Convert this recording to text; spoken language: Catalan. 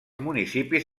municipis